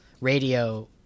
radio